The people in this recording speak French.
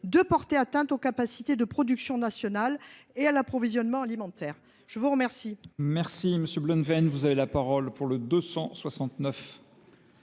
de porter atteinte aux capacités de production nationale et à l’approvisionnement alimentaire. La parole